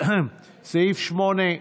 22 בעד,